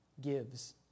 gives